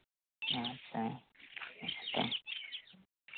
ᱟᱪᱪᱷᱟ ᱦᱮᱸ ᱛᱚ